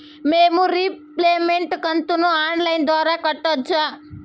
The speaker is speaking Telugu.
మేము రీపేమెంట్ కంతును ఆన్ లైను ద్వారా కట్టొచ్చా